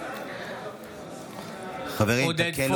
בעד עודד פורר,